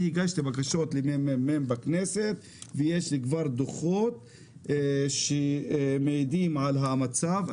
הגשתי בקשות למ.מ.מ בכנסת וכבר יש דוחות שמעידים על המצב.